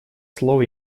слово